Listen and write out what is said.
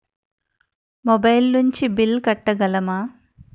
Mobile నుంచి bill కట్టగలమ?